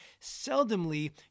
seldomly